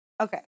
Okay